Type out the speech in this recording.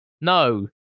No